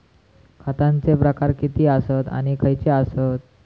खतांचे प्रकार किती आसत आणि खैचे आसत?